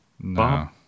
No